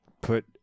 put